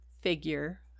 figure